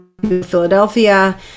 Philadelphia